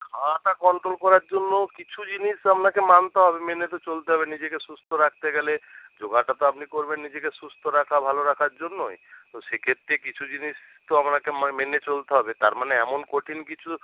খাওয়াটা কন্ট্রোল করার জন্যও কিছু জিনিস আপনাকে মানতে হবে মেনে তো চলতে হবে নিজেকে সুস্থ রাখতে গেলে যোগাটা তো আপনি করবেন নিজেকে সুস্থ রাখা ভালো রাখার জন্যই তো সে ক্ষেত্রে কিছু জিনিস তো আপনাকে মা মেনে চলতে হবে তার মানে এমন কঠিন কিছু